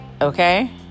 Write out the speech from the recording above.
okay